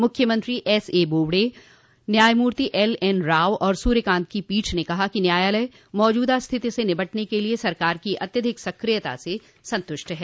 मुख्य न्यायाधीश एसए बोबडे और न्यायमूर्ति एलएन राव और सूर्यकांत की पीठ ने कहा कि न्यायालय मौजूदा स्थिति से निपटने के लिए सरकार की अत्यधिक सक्रियता से संतुष्ट है